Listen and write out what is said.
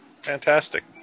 Fantastic